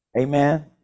Amen